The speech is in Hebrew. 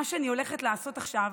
מה שאני הולכת לעשות עכשיו